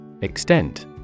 Extent